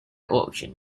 auction